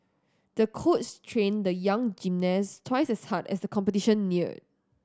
the coach trained the young gymnast twice as hard as the competition neared